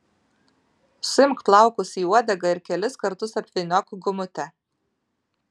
suimk plaukus į uodegą ir kelis kartus apvyniok gumute